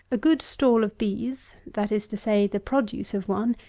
a good stall of bees, that is to say, the produce of one,